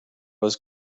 was